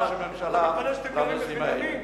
ראש הממשלה, לנושאים האלה.